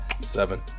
Seven